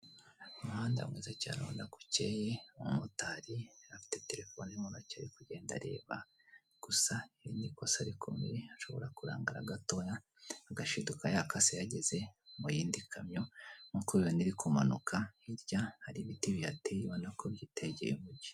Umuhanda mwiza cyane ubona ko ukeye, umumotari afite telefone muntoki ari kugenda areba gusa iri nikosa rikomeye ashobora kurangara gatoya agashiduka yakase yageze muyindi kamyo nkuko ubibona iri kumanuka, hirya hari ibiti bihateye ubona ko byitegeye umugi.